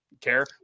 care